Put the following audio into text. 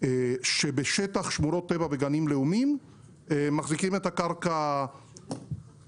שבשטח שמורות טבע וגנים לאומיים מחזיקים את הקרקע בכוח.